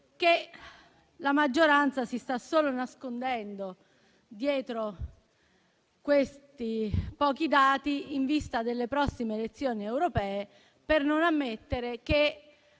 che la maggioranza si sta solo nascondendo dietro questi pochi dati in vista delle prossime elezioni europee, per non ammettere che